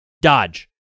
dodge